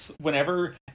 whenever